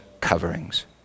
coverings